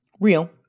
real